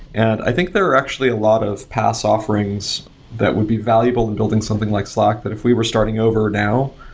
and i think there are actually a lot of paas offerings that would be valuable in building something like slack that if we were starting over now,